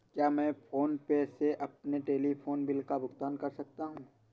क्या मैं PhonePe से अपने टेलीफोन बिल का भुगतान कर सकता हूँ?